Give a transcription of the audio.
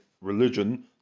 religion